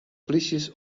plysjes